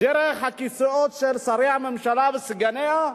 דרך הכיסאות של שרי הממשלה וסגניה,